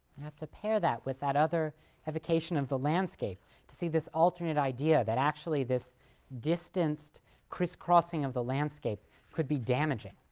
have to pair that with that other evocation of the landscape to see this alternate idea, that actually this distanced criss-crossing of the landscape could be damaging.